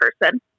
person